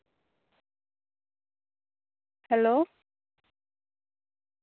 hello